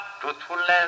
truthfulness